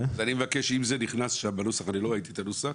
אם זה נכנס שם בנוסח לא ראיתי את הנוסח